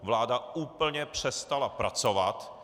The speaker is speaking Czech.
Vláda úplně přestala pracovat.